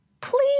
Please